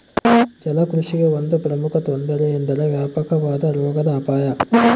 ಜಲಕೃಷಿಗೆ ಒಂದು ಪ್ರಮುಖ ತೊಂದರೆ ಎಂದರೆ ವ್ಯಾಪಕವಾದ ರೋಗದ ಅಪಾಯ